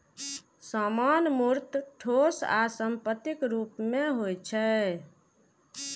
सामान मूर्त, ठोस आ संपत्तिक रूप मे होइ छै